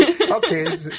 Okay